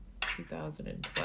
2012